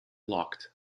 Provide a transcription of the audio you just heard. locked